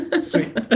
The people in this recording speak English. Sweet